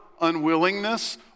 unwillingness